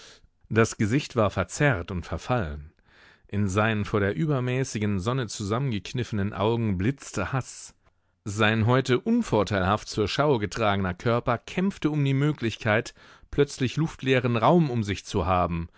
das gesicht war verzerrt und verfallen in seinen vor der übermäßigen sonne zusammengekniffenen augen blitzte haß sein heute unvorteilhaft zur schau getragener körper kämpfte um die möglichkeit plötzlich luftleeren raum um sich zu haben